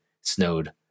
snowed